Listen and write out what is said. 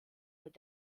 mit